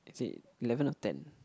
is it eleven or ten